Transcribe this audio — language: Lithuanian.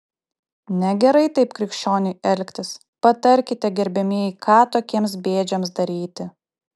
negerai taip krikščioniui elgtis patarkite gerbiamieji ką tokiems bėdžiams daryti